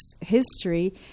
history